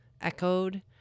echoed